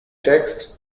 text